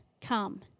come